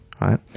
right